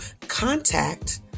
contact